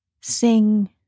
sing